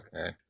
Okay